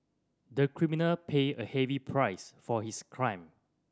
the criminal paid a heavy price for his crime